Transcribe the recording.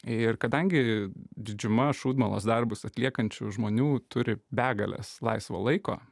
ir kadangi didžiuma šūdmalos darbus atliekančių žmonių turi begales laisvo laiko